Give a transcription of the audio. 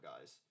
guys